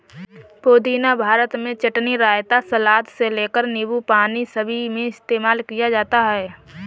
पुदीना भारत में चटनी, रायता, सलाद से लेकर नींबू पानी सभी में इस्तेमाल किया जाता है